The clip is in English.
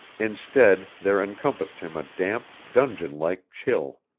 instead there encompassed him a damp dungeon-like chill.